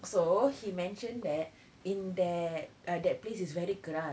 so he mentioned that in that uh that place is very keras